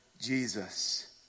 Jesus